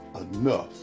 enough